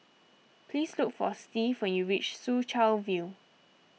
please look for Steve when you reach Soo Chow View